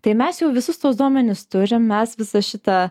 tai mes jau visus tuos duomenis turim mes visą šitą